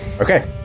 Okay